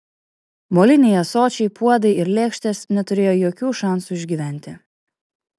moliniai ąsočiai puodai ir lėkštės neturėjo jokių šansų išgyventi